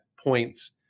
points